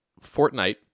Fortnite